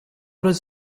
does